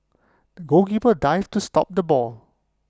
the goalkeeper dived to stop the ball